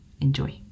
Enjoy